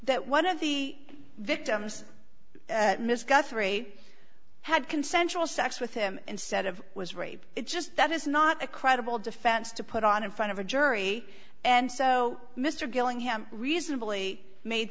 that one of the victims misguide three had consensual sex with him and said of was rape it's just that is not a credible defense to put on in front of a jury and so mr gillingham reasonably made